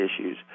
issues